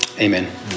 amen